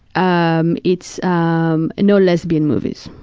um it's um no lesbian movies,